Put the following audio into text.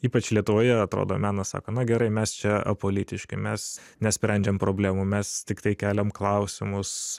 ypač lietuvoje atrodo menas sako na gerai mes čia apolitiški mes nesprendžiam problemų mes tiktai keliam klausimus